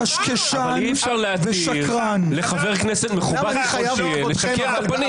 אי אפשר להגיד לחבר כנסת מכובד ככל שיהיה לשקר לאנשים.